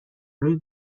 روی